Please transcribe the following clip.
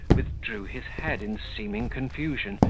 withdrew his head in seeming confusion,